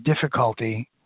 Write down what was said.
difficulty